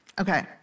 Okay